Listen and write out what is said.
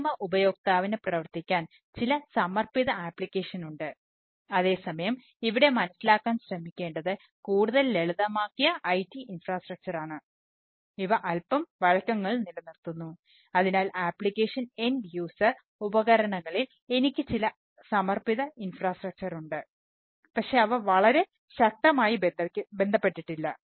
അന്തിമ ഉപയോക്താവിന് പ്രവർത്തിക്കാൻ ചില സമർപ്പിത ആപ്ലിക്കേഷനുണ്ട് ഉണ്ട് പക്ഷേ അവ വളരെ ശക്തമായി ബന്ധപ്പെട്ടിട്ടില്ല